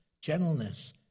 gentleness